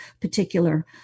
particular